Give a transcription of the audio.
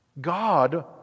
God